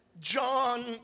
John